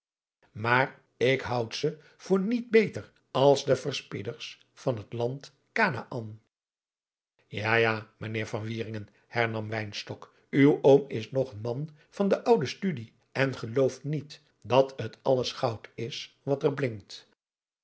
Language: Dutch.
maar ik houd ze voor niet beter als de verspieders van het land kanaän ja ja mijnheer van wieringen hernam wynstok uw oom is nog een man van de oude studie en gelooft niet dat het alles goud is wat er blinkt